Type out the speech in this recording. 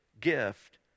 gift